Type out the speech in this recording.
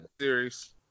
series